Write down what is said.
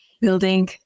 building